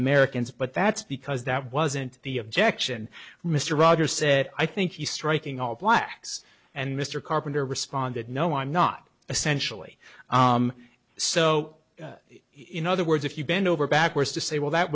americans but that's because that wasn't the objection mr rogers said i think you striking all blacks and mr carpenter responded no i'm not essentially so in other words if you bend over backwards to say well that